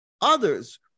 others